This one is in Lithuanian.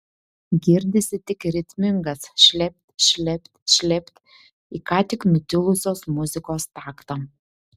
girdisi tik ritmingas šlept šlept šlept į ką tik nutilusios muzikos taktą